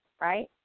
Right